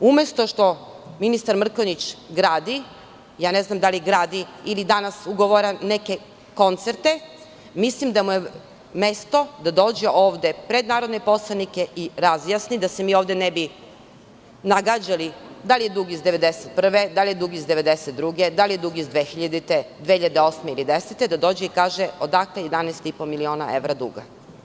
Umesto što ministar Mrkonjić gradi, ne znam da li gradi ili danas ugovara neke koncerte, mislim da mu je mesto da dođe ovde pred narodne poslanike i razjasni, da se mi ovde ne bi nagađali da li je dug iz 1991, da li je dug iz 1992, da li je dug iz 2000, 2008. ili 2010. godine, da dođe i kaže odakle 11,5 miliona evra duga.